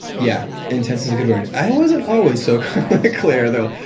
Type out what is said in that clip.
yeah, intense is a good word. i wasn't always so clear though.